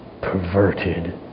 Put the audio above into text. perverted